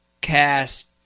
cast